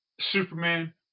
Superman